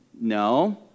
No